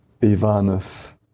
Ivanov